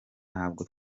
ntabwo